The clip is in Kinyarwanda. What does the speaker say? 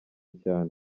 cyane